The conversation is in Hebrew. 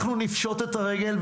אנחנו נפשוט את הרגל,